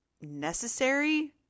necessary